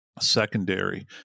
secondary